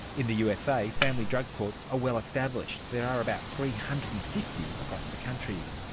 in the usa, family drug courts are well established, there are about three hundred and fifty across the country.